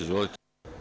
Izvolite.